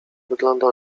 wygląda